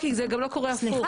כי זה גם לא קורה הפוך.